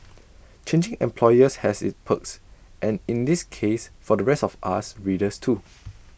changing employers has its perks and in this case for the rest of us readers too